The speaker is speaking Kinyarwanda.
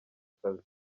akazi